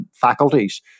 faculties